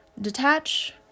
detach